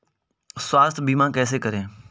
स्वास्थ्य बीमा कैसे होता है?